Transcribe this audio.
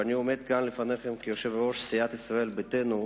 ואני עומד כאן לפניכם כיושב-ראש סיעת ישראל ביתנו,